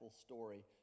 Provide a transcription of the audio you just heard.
story